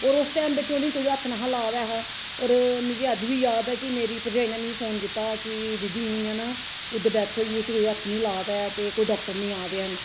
होर उस टैम बिच्च उ'नेंगी कोई हत्थ नेईं हा ला दा ऐ हा होर मिगी अज्ज बी याद ऐ कि मेरी भरजाई ने मिगी फोन कीता कि दीदी इ'यां इ'यां ना उद्धर डैथ होई गेई उसी कोई हत्थ नी ला दा ऐ ते कोई डाक्टर नी आ दे हैन